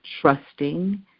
trusting